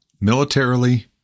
Militarily